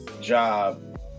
job